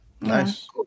Nice